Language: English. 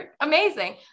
Amazing